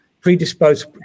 predisposed